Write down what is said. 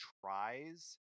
tries